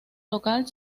local